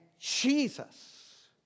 Jesus